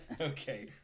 Okay